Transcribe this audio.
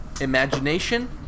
imagination